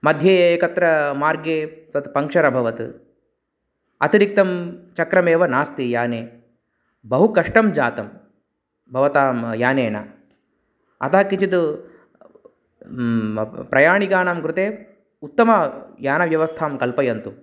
मध्ये एकत्र मार्गे तत् पञ्चर् अभवत् अतिरिक्तं चक्रम् एव नास्ति याने बहुकष्टं जातं भवतां यानेन अतः किञ्चित् प्रयाणिकानां कृते उत्तमयानव्यवस्थां कल्पयन्तु